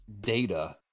data